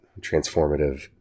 transformative